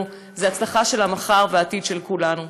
היא ההצלחה של המחר והעתיד של כולנו.